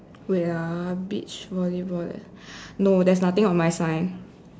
wait ah beach volleyball leh no there's nothing on my sign